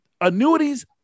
Annuities